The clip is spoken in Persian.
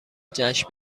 جشن